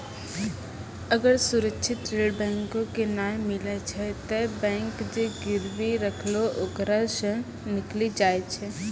अगर सुरक्षित ऋण बैंको के नाय मिलै छै तै बैंक जे गिरबी रखलो ओकरा सं निकली जाय छै